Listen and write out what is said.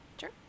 Sure